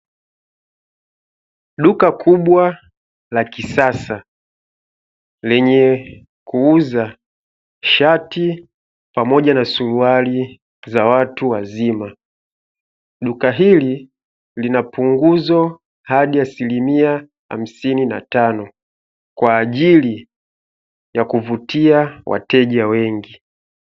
Duka kubwa la kisasa, lenye kuuza shati pamoja na suruali za watu wazima. Duka hili lina punguzo hadi asilimia hamsini na tano, kwa ajili ya kuvutia wateja wengi.